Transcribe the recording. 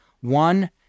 One